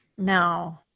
No